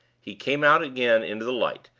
he came out again into the light,